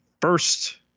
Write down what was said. first